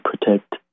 protect